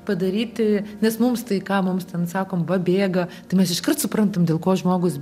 padaryti nes mums tai ką mums ten sakom va bėga tai mes iškart suprantam dėl ko žmogus